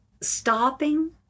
stopping